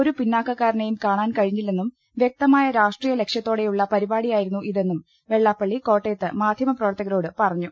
ഒരു പിന്നാക്കക്കാരനെയും കാണാൻ കഴിഞ്ഞില്ലെന്നും വ്യക്തമായ രാഷ്ട്രീയ ലക്ഷ്യത്തോ ടെയുള്ള പരിപാടിയായിരുന്നു ഇതെന്നും വെള്ളാപ്പള്ളി കോട്ട യത്ത് മാധ്യമപ്രവർത്തകരോട് പറഞ്ഞു